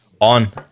on